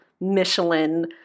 Michelin